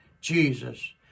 Jesus